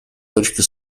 точки